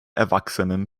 erwachsenen